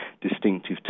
distinctive